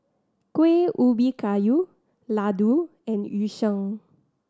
Kueh Ubi Kayu laddu and Yu Sheng